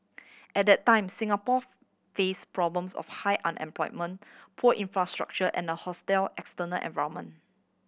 at that time Singapore face problems of high unemployment poor infrastructure and a hostile external environment